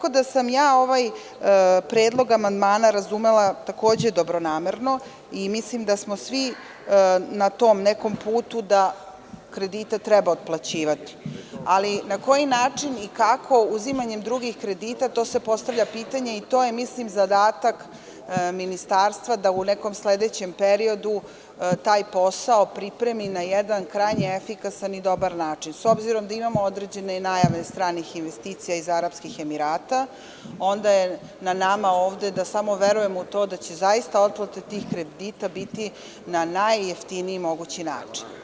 Ovaj predlog amandmana sam razumela dobronamerno i mislim da smo svi na tom nekom putu da kredite treba otplaćivati, ali na koji način i kako, uzimanjem drugih kredita, postavlja se pitanje i to je zadatak ministarstva da u nekom sledećem periodu taj posao pripremi na jedan krajnje efikasan i dobar način, s obzirom da imamo određene najave stranih investicija iz Arapskih Emirata, onda je na nama da verujemo u to da će zaista otplata tih kredita biti na najjeftiniji mogući način.